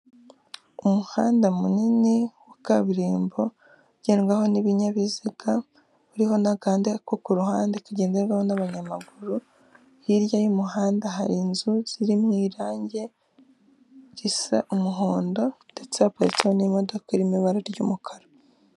Umuhanda munini wa kaburimbo ugendwaho n'ibinyabiziga uriho na gahanda ko ku ruhande kagenderwaho n'abanyamaguru, hirya y'umuhanda hari inzu ziri mu irangi risa umuhondo ndetse haparitseho n'imodoka irimo ibara ry'umukara.